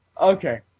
Okay